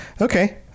Okay